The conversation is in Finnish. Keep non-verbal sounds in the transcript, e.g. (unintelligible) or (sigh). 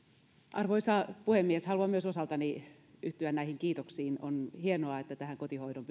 arvoisa puhemies haluan myös osaltani yhtyä näihin kiitoksiin on hienoa että tähän kotihoidon (unintelligible)